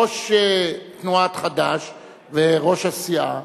ראש תנועת חד"ש וראש הסיעה,